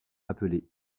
appelés